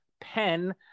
pen